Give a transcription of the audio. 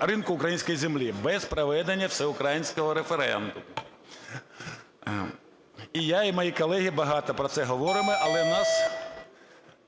ринку української землі без проведення всеукраїнського референдуму. І я, і мої колеги багато про це говоримо, але нас